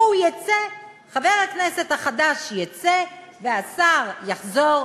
הוא יֵצא, חבר הכנסת החדש יֵצא והשר יחזור,